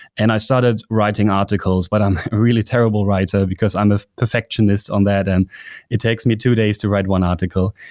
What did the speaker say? and i started writing obstacles, but i'm a really terrible writer, because i'm a perfectionist on that and it takes me two days to write one article.